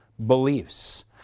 beliefs